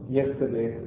yesterday